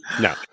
no